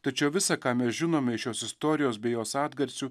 tačiau visa ką mes žinome iš šios istorijos bei jos atgarsių